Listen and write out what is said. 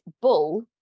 bull